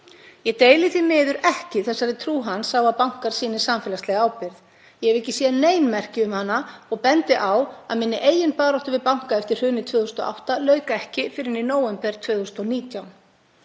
Ég deili því miður ekki þeirri trú hans á að bankar sýni samfélagslega ábyrgð. Ég hef ekki séð nein merki um hana og bendi á að minni eigin baráttu við banka eftir hrunið 2008 lauk ekki fyrr en í nóvember 2019.